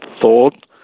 thought